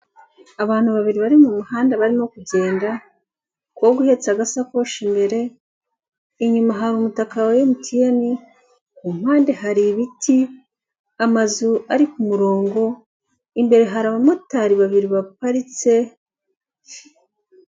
Abantu babiri bari mu muhanda barimo kugenda, umukobwa uhetse agasakoshi imbere, inyuma hari umutaka wa MTN, ku mpande hari ibiti, amazu ari kumurongo, imbere hari abamotari babiri baperitse.